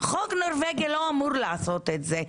חוק נורבגי לא אמור לעשות את זה,